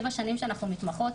שבע שנים שאנחנו מתמחות.